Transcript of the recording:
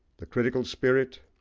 the critical spirit,